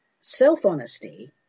Self-honesty